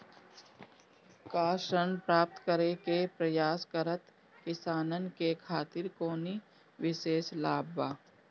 का ऋण प्राप्त करे के प्रयास करत किसानन के खातिर कोनो विशेष लाभ बा